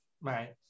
right